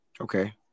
Okay